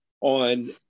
on